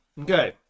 Okay